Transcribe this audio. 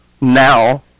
now